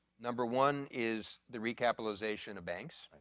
number one is the recapitalization of banks.